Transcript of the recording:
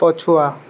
ପଛୁଆ